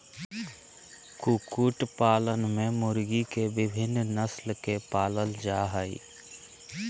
कुकुट पालन में मुर्गी के विविन्न नस्ल के पालल जा हई